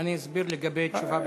אני אסביר לגבי תשובה בכתב.